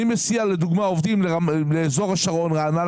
מסיע לדוגמה עובדים באזור השרון רעננה,